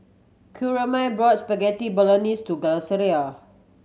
Coraima bought Spaghetti Bolognese for Graciela